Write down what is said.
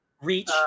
Reach